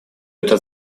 эта